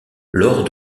lors